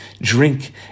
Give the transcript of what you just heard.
drink